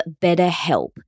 BetterHelp